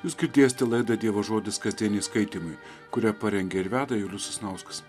jūs girdėsite laidą dievo žodis kasdieniai skaitymai kurią parengė ir veda julius sasnauskas